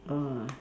ah